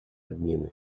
обмены